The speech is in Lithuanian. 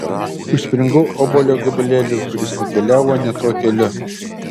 užspringau obuolio gabalėliu kuris nukeliavo ne tuo keliu